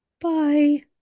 Bye